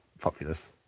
Populous